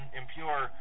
impure